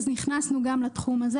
אז נכנסנו גם לתחום הזה.